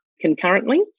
concurrently